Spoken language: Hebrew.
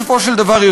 בסופו של דבר,